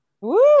Woo